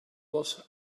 was